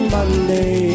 Monday